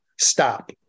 stop